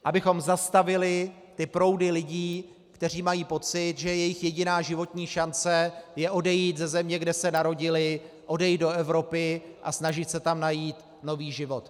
Abychom zastavili ty proudy lidí, kteří mají pocit, že jejich jediná životní šance je odejít ze země, kde se narodili, odejít do Evropy a snažit se tam najít nový život.